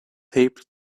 taped